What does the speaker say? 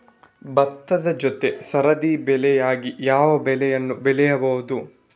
ಭತ್ತದ ಜೊತೆ ಸರದಿ ಬೆಳೆಯಾಗಿ ಯಾವ ಬೆಳೆಯನ್ನು ಬೆಳೆಯಬಹುದು?